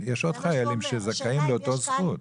יש עוד חיילים שזכאים לאותה זכות.